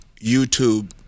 YouTube